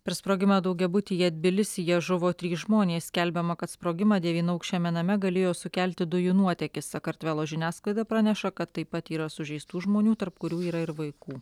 per sprogimą daugiabutyje tbilisyje žuvo trys žmonės skelbiama kad sprogimą devynaukščiame name galėjo sukelti dujų nuotėkis sakartvelo žiniasklaida praneša kad taip pat yra sužeistų žmonių tarp kurių yra ir vaikų